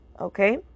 okay